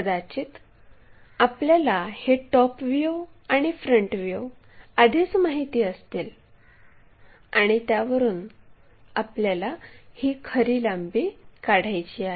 कदाचित आपल्याला हे टॉप व्ह्यू आणि फ्रंट व्ह्यू आधीच माहिती असतील आणि त्यावरून आपल्याला ही खरी लांबी काढायची आहे